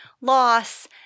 loss